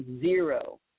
zero